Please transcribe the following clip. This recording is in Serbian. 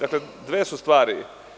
Dakle, dve su stvari.